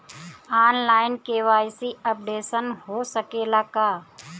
आन line KYC updation हो सकेला का?